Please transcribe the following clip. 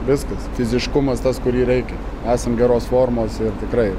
viskas fiziškumas tas kurį reikia esant geros formos ir tikrai